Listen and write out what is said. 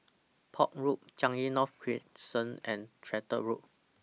Port Road Changi North Crescent and Tractor Road